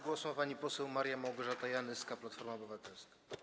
Głos ma pani poseł Maria Małgorzata Janyska, Platforma Obywatelska.